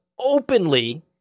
openly